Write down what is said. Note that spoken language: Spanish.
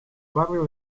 barrio